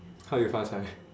how you 发财